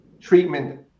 treatment